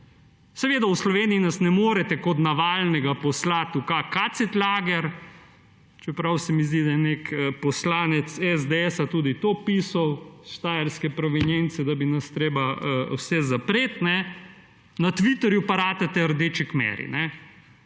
Seveda v Sloveniji nas ne morete kot Navalnega poslati v kakšen KZ lager, čeprav se mi zdi, da je nek poslanec SDS tudi to pisal iz štajerske provenience, da bi nas bilo treba vse zapreti. Na Twitterju pa ratate Rdeči Kmeri.